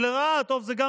קרה, אז אני